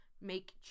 make